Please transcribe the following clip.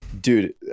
Dude